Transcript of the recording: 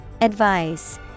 Advice